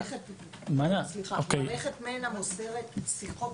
סליחה, מערכת מנ"ע נותנת שיחות